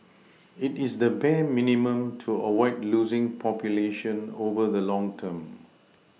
it is the bare minimum to avoid losing population over the long term